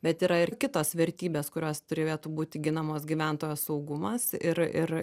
bet yra ir kitos vertybės kurios turėtų būti ginamos gyventojo saugumas ir ir